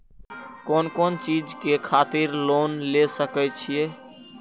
कोन कोन चीज के खातिर लोन ले सके छिए?